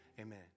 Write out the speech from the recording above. amen